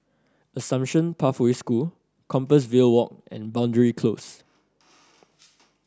Assumption Pathway School Compassvale Walk and Boundary Close